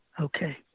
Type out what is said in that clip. Okay